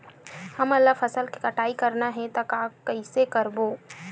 हमन ला फसल के कटाई करना हे त कइसे करबो?